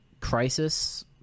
crisis